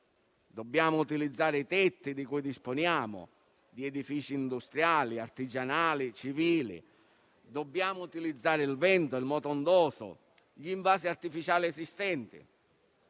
Dobbiamo utilizzare i tetti di cui disponiamo, quelli degli edifici industriali, artigianali e civili; dobbiamo utilizzare il vento, il moto ondoso, gli invasi artificiali esistenti.